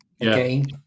again